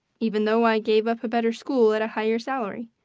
even though i gave up a better school at a higher salary.